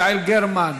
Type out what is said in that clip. יעל גרמן,